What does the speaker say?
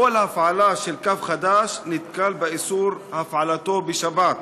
כל הפעלה של קו חדש נתקלת באיסור הפעלתו בשבת.